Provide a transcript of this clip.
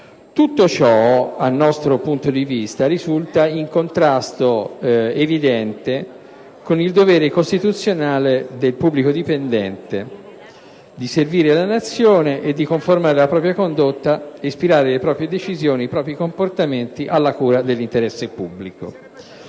Tutto ciò, dal nostro punto di vista, risulta in contrasto evidente con il dovere costituzionale del pubblico dipendente di servire la Nazione, di conformare la propria condotta e di ispirare le proprie decisioni e i propri comportamenti alla cura dell'interesse pubblico.